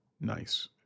nice